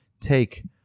take